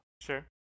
Sure